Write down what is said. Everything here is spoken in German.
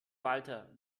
walter